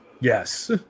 Yes